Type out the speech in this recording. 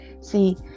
See